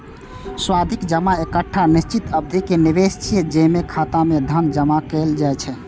सावधि जमा एकटा निश्चित अवधि के निवेश छियै, जेमे खाता मे धन जमा कैल जाइ छै